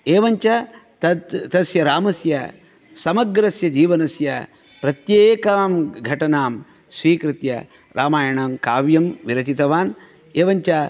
एवञ्च तत् तस्य रामस्य समग्रस्य जीवनस्य प्रत्येकां घटनां स्वीकृत्य रामायणं काव्यं विरचितवान् एवञ्च